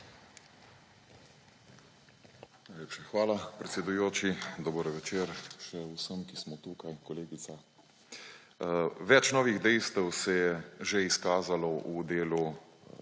hvala, predsedujoči. Dober večer vsem, ki smo tukaj, kolegica. Več novih dejstev se je že izkazalo v delu